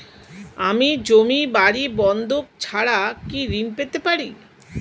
আমি জমি বাড়ি বন্ধক ছাড়া কি ঋণ পেতে পারি?